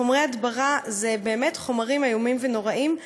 חומרי הדברה אלו באמת חומרים איומים ונוראים,